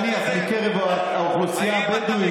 נניח בקרב האוכלוסייה הבדואית,